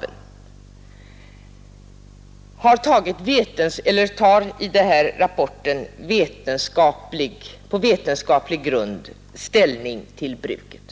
Det är en expertgrupp som i denna rapport på vetenskaplig grund tar ställning till giftbruket.